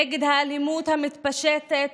נגד האלימות המתפשטת.